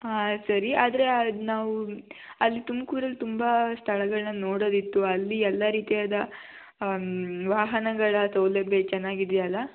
ಆಂ ಸರಿ ಆದರೆ ಅದು ನಾವು ಅಲ್ಲಿ ತುಮ್ಕೂರಲ್ಲಿ ತುಂಬ ಸ್ಥಳಗಳನ್ನ ನೋಡೋದಿತ್ತು ಅಲ್ಲಿ ಎಲ್ಲ ರೀತಿಯಾದ ವಾಹನಗಳ ಸೌಲಭ್ಯ ಚೆನ್ನಾಗಿದ್ಯಲಾ